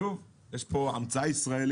שוב, יש כאן המצאה ישראלית.